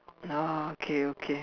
oh okay okay